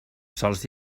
sols